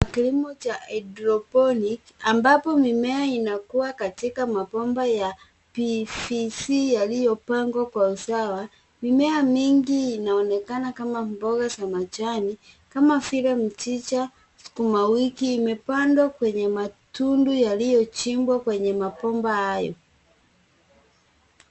Kilimo cha hydroponic ambapo mimea imakuua katika mabomba ya PVC yaliyopangwa kwa usawa. Mimea mingi inaonekana kama mboga za kijani kama vile mchicha sukuma wiki imepandwa kwenye matundu yaliyochimbwa kwenye mabomba hayo.